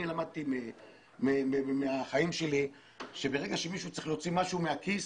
אני למדתי מהחיים שלי שברגע שמישהו צריך להוציא משהו מהכיס,